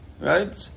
right